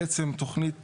בעצם, תוכנית